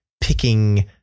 picking